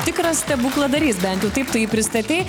tikras stebukladarys bent jau taip tu jį pristatei